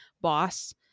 boss